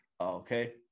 Okay